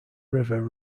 river